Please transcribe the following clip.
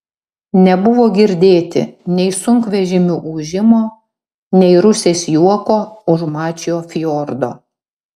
nebuvo girdėti nei sunkvežimių ūžimo nei rusės juoko už mačio fjordo